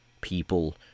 people